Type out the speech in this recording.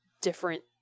different